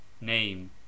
Name